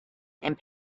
and